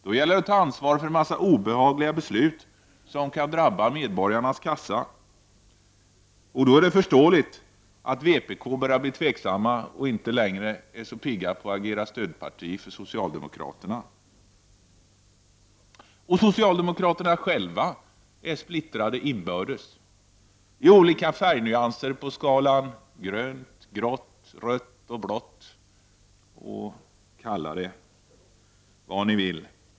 Då gäller det att ta ansvar för en mängd obehagliga beslut som kan drabba medborgarnas kassa, och då är det förståeligt att vpk börjar bli tveksamt och inte längre är så piggt att agera stödparti för socialdemokraterna. Socialdemokraterna själva är splittrade inbördes i olika färgnyanser på skalan grönt—grått—rött— blått; kalla det vad ni vill.